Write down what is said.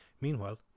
Meanwhile